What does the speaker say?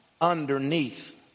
underneath